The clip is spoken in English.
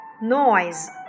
noise